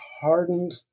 hardened